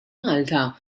malta